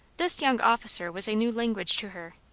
this young officer was a new language to her,